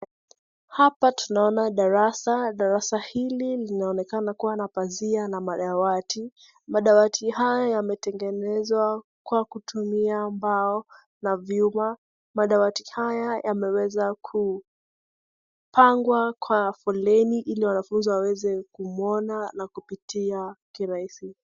Hapa tunaona darasa, darasa hili linaonekana kuwa na pazia na madawati, madawati haya yametengenezwa kwa kutumia mbao na vyuma, madawati haya yameweza kupangwa kwa foleni ili wanafunzi waweze kumwona na kupitia kirahisi.